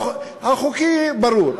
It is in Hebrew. החוקי, ברור.